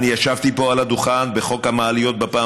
ישבתי פה על הדוכן בחוק המעליות בפעם